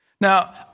Now